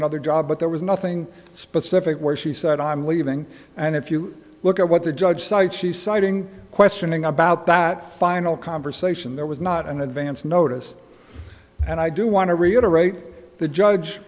another job but there was nothing specific where she said i'm leaving and if you look at what the judge cites she's citing questioning about that final conversation there was not an advance notice and i do want to reiterate the judge